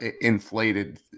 inflated